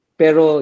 pero